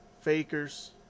fakers